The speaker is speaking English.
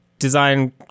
design